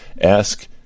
ask